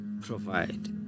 provide